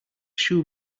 shoe